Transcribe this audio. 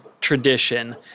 tradition